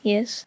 Yes